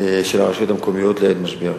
של הרשויות המקומיות לעת משבר.